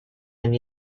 and